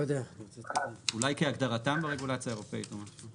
אולי "כהגדרתם ברגולציה האירופית" או משהו.